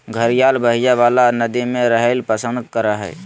घड़ियाल बहइ वला नदि में रहैल पसंद करय हइ